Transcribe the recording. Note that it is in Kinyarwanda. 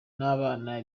n’abana